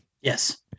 Yes